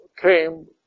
came